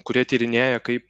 kurie tyrinėja kaip